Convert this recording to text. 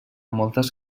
moltes